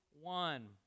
one